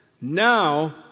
now